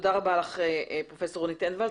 תודה רבה לך פרופ' רונית אנדוולט.